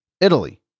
Italy